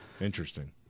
interesting